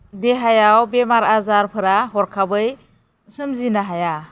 देहायाव बेमार आजारफोरा हरखाबै सोमजिनो हाया